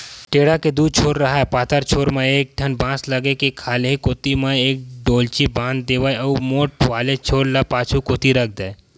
टेंड़ा के दू छोर राहय पातर छोर म एक ठन बांस लगा के खाल्हे कोती म एक डोल्ची बांध देवय अउ मोठ वाले छोर ल पाछू कोती रख देय